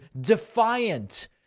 defiant